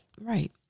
Right